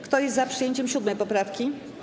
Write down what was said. Kto jest za przyjęciem 7. poprawki?